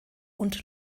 und